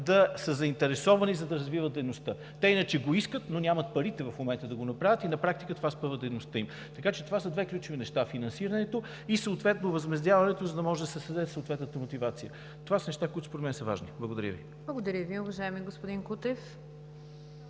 да са заинтересовани, за да развиват дейността си. Те иначе го искат, но нямат парите в момента, за да го направят и на практика това спъва дейността им. Така че това са две ключови неща – финансирането и съответно възмездяването, за да може да се създаде съответната мотивация. Това са неща, които според мен са важни. Благодаря Ви. ПРЕДСЕДАТЕЛ НИГЯР ДЖАФЕР: Благодаря Ви, уважаеми господин Кутев.